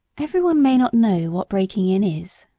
every one may not know what breaking in is,